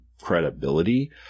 credibility